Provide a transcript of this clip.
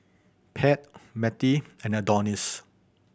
Pat Mattie and Adonis